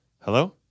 Hello